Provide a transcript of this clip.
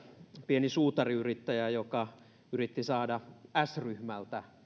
pieni suutariyrittäjä joka yritti saada s ryhmältä